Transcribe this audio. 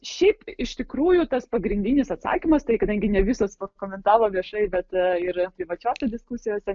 šiaip iš tikrųjų tas pagrindinis atsakymas tai kadangi ne visos pakomentavo viešai bet ir privačiose diskusijose